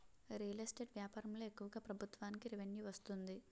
real estate వ్యాపారంలో ఎక్కువగా ప్రభుత్వానికి రెవెన్యూ వస్తుంది